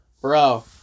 Bro